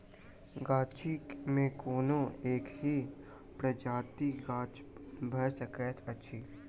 गाछी मे कोनो एकहि प्रजातिक गाछ भ सकैत अछि